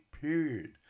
period